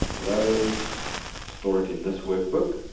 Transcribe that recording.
rows store it in this workbook.